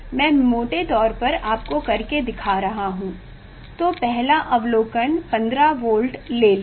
मैं मोटे तौर पर आपको कर के दिखा रहा हूँ तो पहला अवलोकन 15 वोल्ट ले लिया